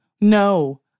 No